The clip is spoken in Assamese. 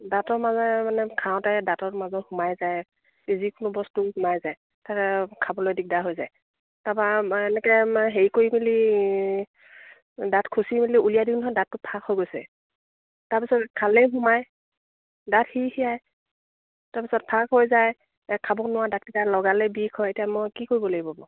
দাঁতৰ মাজে মানে খাওঁতে দাঁতৰ মাজত সোমাই যায় যিকোনো বস্তু সোমাই যায় খাবলৈ দিগদাৰ হৈ যায় তাৰপৰা এনেকৈ হেৰি কৰি মেলি দাঁত খুচি মেলি উলিয়াই দিওঁ নহয় দাঁতটো ফাক হৈ গৈছে তাৰ পিছত খালেই সোমায় দাঁত সিৰসিৰাই তাৰ পিছত ফাক হৈ যায় খাবও নোৱাৰোঁ দাঁতকেইটাত লগালেই বিষ হয় এতিয়া মই কি কৰিব লাগিব বাৰু